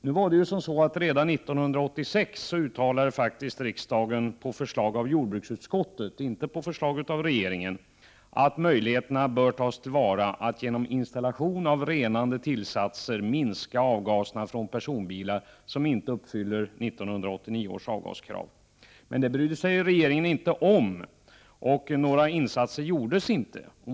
Redan 1986 uttalade riksdagen på förslag av jordbruksutskottet — inte på förslag av regeringen — att möjligheterna bör tas till vara att genom installation av renande tillsatser minska avgaserna från personbilar som inte uppfyller 1989 års avgaskrav. Men detta brydde sig inte regeringen om, och några insatser gjordes inte.